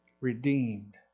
Redeemed